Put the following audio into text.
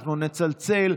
אנחנו נצלצל.